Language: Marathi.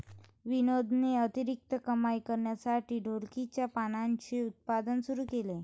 विनोदने अतिरिक्त कमाई करण्यासाठी ढोलकीच्या पानांचे उत्पादन सुरू केले